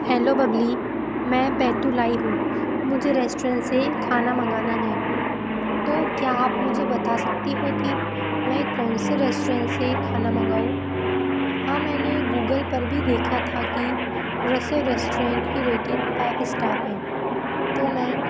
hello Babli मैं बैतुल आई हूँ मुझे रेस्टोरेन से खाना मंगाना है तो क्या आप मुझे बता सकती हो कि मैं कौन से रेस्टोरेन से खाना मंगाऊँ हाँ मैंने गूगल पर भी देखा था कि रसे रेस्टोरेंट की रेटिंग फाइव स्टार है तो मैं